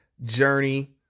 journey